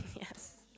yes